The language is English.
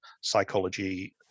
psychology